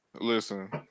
Listen